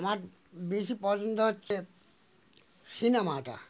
আমার বেশি পছন্দ হচ্ছে সিনেমাটা